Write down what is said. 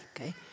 Okay